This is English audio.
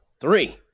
three